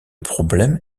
problème